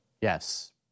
Yes